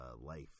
life